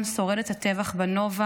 שורדת הטבח בנובה,